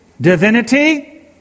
divinity